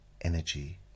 energy